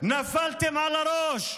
נפלתם על הראש.